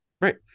Right